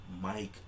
Mike